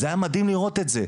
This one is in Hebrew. זה היה מדהים לראות את זה.